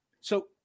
So-